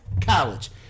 college